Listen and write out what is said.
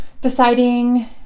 deciding